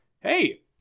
hey